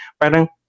parang